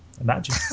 imagine